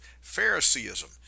Phariseeism